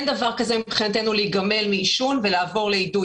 אין דבר כזה מבחינתו להיגמל מעישון על ידי מעבר לאידוי.